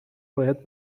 باید